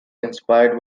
inspired